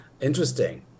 interesting